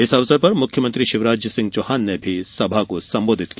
इस अवसर पर मुख्यमंत्री शिवराज सिंह चौहान ने भी सभा को सम्बोधित किया